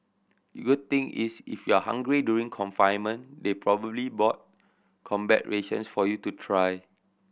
your thing is if you're hungry during confinement they probably bought combat rations for you to try